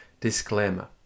Disclaimer